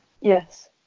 Yes